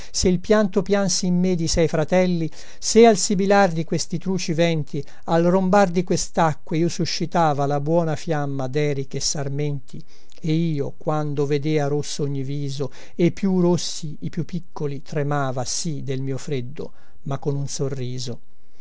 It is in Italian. se il pianto piansi in me di sei fratelli se al sibilar di questi truci venti al rombar di questacque io suscitava la buona fiamma deriche e sarmenti e io quando vedea rosso ogni viso e più rossi i più piccoli tremava sì del mio freddo ma con un sorriso